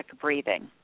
breathing